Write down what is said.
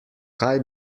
kaj